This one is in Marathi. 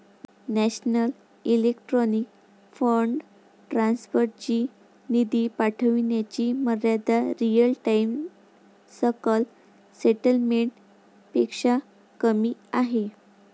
नॅशनल इलेक्ट्रॉनिक फंड ट्रान्सफर ची निधी पाठविण्याची मर्यादा रिअल टाइम सकल सेटलमेंट पेक्षा कमी आहे